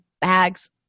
bags